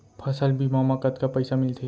फसल बीमा म कतका पइसा मिलथे?